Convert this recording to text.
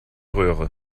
röhre